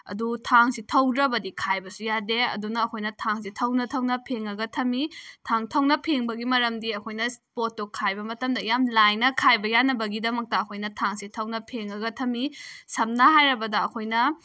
ꯑꯗꯨ ꯊꯥꯡꯁꯤ ꯊꯧꯗ꯭ꯔꯕꯗꯤ ꯈꯥꯏꯕꯁꯨ ꯌꯥꯗꯦ ꯑꯗꯨꯅ ꯑꯩꯈꯣꯏꯅ ꯊꯥꯡꯁꯦ ꯊꯧꯅ ꯊꯧꯅ ꯐꯦꯡꯉꯒ ꯊꯝꯃꯤ ꯊꯥꯡ ꯊꯧꯅ ꯐꯦꯡꯕꯒꯤ ꯃꯔꯝꯗꯤ ꯑꯩꯈꯣꯏꯅ ꯄꯣꯠꯇꯣ ꯈꯥꯏꯕ ꯃꯇꯝꯗ ꯌꯥꯝ ꯂꯥꯏꯅ ꯈꯥꯏꯕ ꯌꯥꯅꯕꯒꯤꯗꯃꯛꯇ ꯑꯩꯈꯣꯏꯅ ꯊꯥꯡꯁꯦ ꯊꯧꯅ ꯐꯦꯡꯉꯒ ꯊꯝꯃꯤ ꯁꯝꯅ ꯍꯥꯏꯔꯕꯗ ꯑꯩꯈꯣꯏꯅ